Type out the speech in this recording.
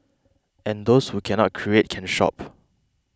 and those who cannot create can shop